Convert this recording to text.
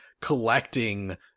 collecting